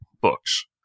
books